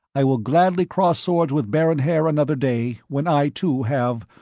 i will gladly cross swords with baron haer another day, when i, too, have.